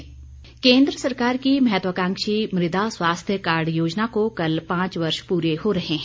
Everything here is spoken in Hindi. मुदा कार्ड केन्द्र सरकार की महत्वाकांक्षी मृदा स्वास्थ्य कार्ड योजना को कल पांच वर्ष प्रे हो रहे हैं